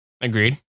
agreed